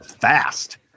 fast